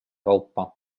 kaupa